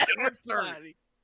answers